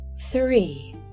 three